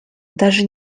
даже